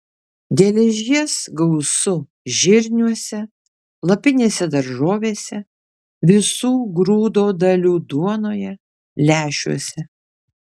geležies gausu žirniuose lapinėse daržovėse visų grūdo dalių duonoje lęšiuose